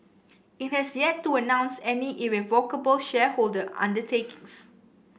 it has yet to announce any irrevocable shareholder undertakings